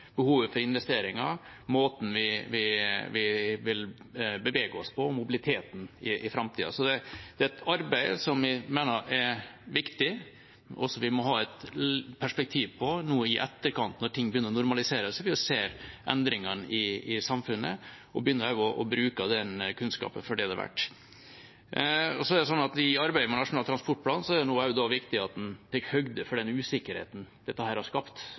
behovet for investeringer, måten vi vil bevege oss på, og mobiliteten i framtida. Det er et arbeid som jeg mener er viktig, og som vi må ha et perspektiv på nå i etterkant, når ting begynner å normalisere seg. Da må vi se på endringene i samfunnet og begynne å bruke den kunnskapen for det den er verd. I arbeidet med Nasjonal transportplan er det nå også viktig at en tar høyde for den usikkerheten dette har skapt,